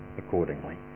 accordingly